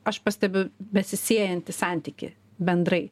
aš pastebiu besisiejantį santykį bendrai